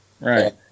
right